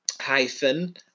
hyphen